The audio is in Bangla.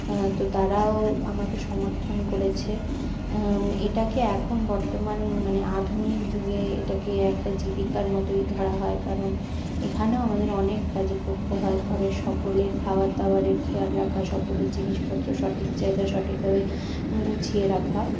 হ্যাঁ তো তারাও আমাকে সমর্থন করেছে এটাকে এখন বর্তমান মানে আধুনিক যুগে এটাকে একটা জীবিকার মতোই ধরা হয় কারণ এখানেও আমাদের অনেক কাজই করতে হয় ঘরের সকলের খাওয়ার দাওয়ারের খেয়াল রাখা ঘরের সকলের জিনিসপত্র সঠিক জায়গায় সঠিকভাবে গুছিয়ে রাখা